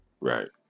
Right